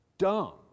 dumb